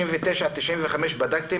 59, 95 בדקתם?